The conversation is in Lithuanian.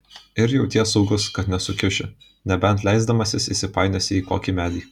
ir jauties saugus kad nesukiuši nebent leisdamasis įsipainiosi į kokį medį